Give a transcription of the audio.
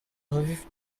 hafif